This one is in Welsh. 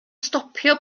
stopio